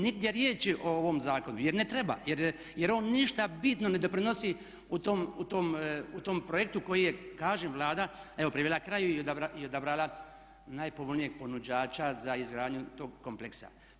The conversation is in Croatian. Nigdje riječi o ovom zakonu jer ne treba jer on ništa bitno ne doprinosi u tom projektu koji je kaže Vlada evo privela kraju i odabrala najpovoljnijeg ponuđača za izgradnju tog kompleksa.